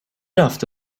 hafta